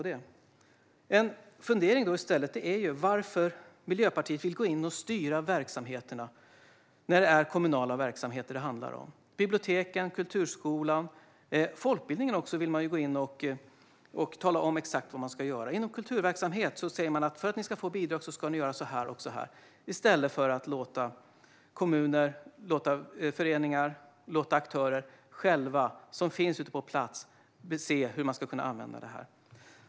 En fundering är i stället varför Miljöpartiet vill gå in och styra när det är kommunala verksamheter som det handlar om. Biblioteken, kulturskolan och folkbildningen - där vill man gå in och tala om exakt vad de ska göra. Inom kulturverksamhet säger man att de ska göra så här och så här för att få bidrag, i stället för att låta föreningarna och aktörerna, som finns ute på plats, själva se hur de ska kunna använda dem.